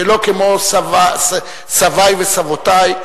שלא כמו סבי וסבותי,